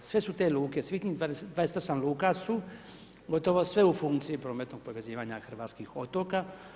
Sve su te luke, svih tih 28 luka su gotovo sve u funkciji prometnog povezivanja hrvatskih otoka.